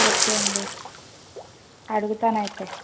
okay అండి అడుగుతానయితే